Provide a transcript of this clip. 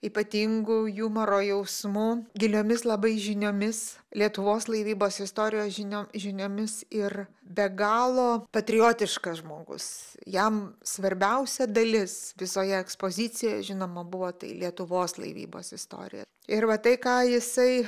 ypatingu jumoro jausmu giliomis labai žiniomis lietuvos laivybos istorijos žinio žiniomis ir be galo patriotiškas žmogus jam svarbiausia dalis visoje ekspozicijoje žinoma buvo tai lietuvos laivybos istorija ir va tai ką jisai